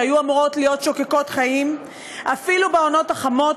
שהיו אמורות להיות שוקקות חיים אפילו בעונות החמות,